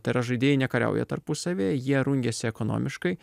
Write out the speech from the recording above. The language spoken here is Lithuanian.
tai yra žaidėjai nekariauja tarpusavyje jie rungėsi ekonomiškai